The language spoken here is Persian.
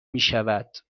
میشود